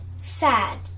sad